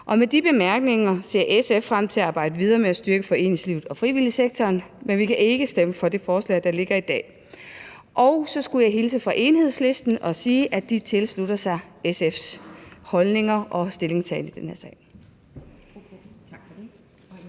Med de bemærkninger ser SF frem til at arbejde videre med at styrke foreningslivet og frivilligsektoren, men vi kan ikke stemme for det forslag, der ligger i dag. Så skulle jeg hilse fra Enhedslisten og sige, at de tilslutter sig SF's holdninger og stillingtagen i den her sag.